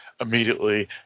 immediately